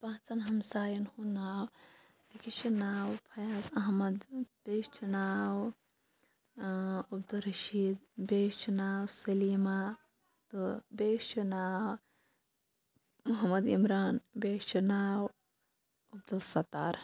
پانٛژن ہَمساین ہُند ناو أکِس چھُ ناو فَیاض احمد بیٚیِس چھُ ناو عبدُلارشیٖد بیٚیِس چھُ ناو سٔلیٖما تہٕ بیٚیِس چھُ ناو محمد اِمران بییِس چھُ ناو عبدُلاسَتار